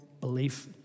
belief